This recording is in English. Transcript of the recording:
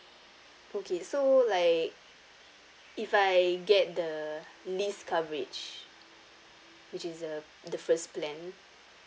okay so like if I get the least coverage which is uh the first plan